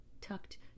tucked